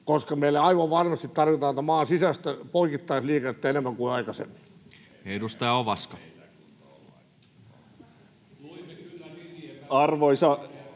koska meillä aivan varmasti tarvitaan tätä maan sisäistä poikittaisliikennettä enemmän kuin aikaisemmin? [Speech 404] Speaker: